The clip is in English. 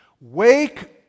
Wake